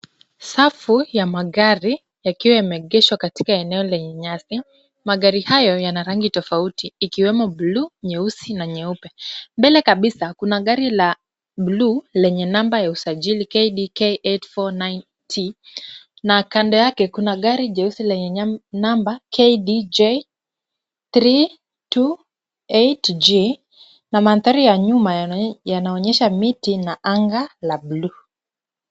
Safu ya magari yakiwa yameegeshwa katika eneo lenye nyasi. Magari hayo yana rangi tofauti ikiwemo blue , nyeusi na nyeupe. Mbele kabisa, kuna gari la blue lenye number ya usajili KDK 849T, na kando yake kuna gari jeusi lenye number KDJ 328G na mandhari ya nyuma, yanaonyesha miti na anga la blue .